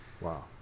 Wow